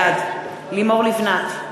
בעד לימור לבנת,